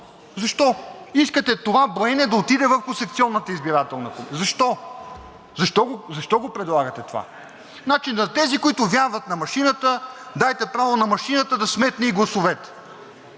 Защо?! Искате това броене да отиде върху секционната избирателна комисия. Защо? Защо го предлагате това? Значи, на тези, които вярват на машината, дайте право на машината да сметне и гласовете.